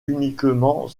uniquement